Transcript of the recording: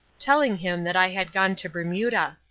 telling him that i had gone to bermuda.